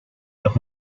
los